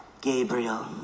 Gabriel